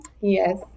Yes